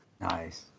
Nice